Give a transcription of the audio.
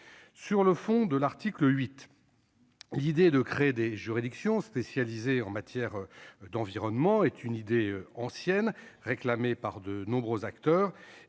Sur le fond de l'article 8, l'idée de créer des juridictions spécialisées en matière d'environnement est ancienne et promue par de nombreux acteurs.